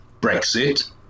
Brexit